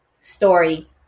story